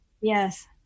Yes